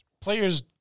players